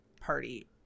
party